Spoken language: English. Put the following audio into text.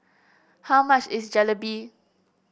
how much is Jalebi